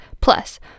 Plus